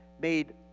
made